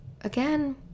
again